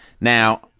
Now